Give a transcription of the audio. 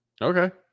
okay